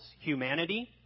humanity